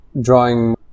drawing